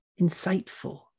insightful